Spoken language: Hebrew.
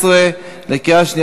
(תיקון), התשע"ד 2014, התקבלה בקריאה שלישית.